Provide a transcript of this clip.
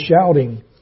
shouting